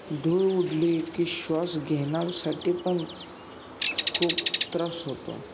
धूळ उडली की श्वास घेण्यासाठी पण खूप त्रास होतो